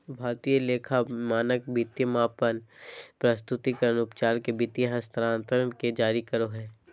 भारतीय लेखा मानक वित्तीय मापन, प्रस्तुतिकरण, उपचार के वित्तीय हस्तांतरण के जारी करो हय